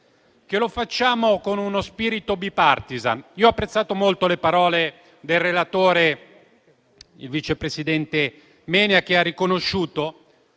lo facciamo con uno spirito *bipartisan*. Ho apprezzato molto le parole del relatore, il vice presidente Menia, che ha riconosciuto